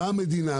באה המדינה,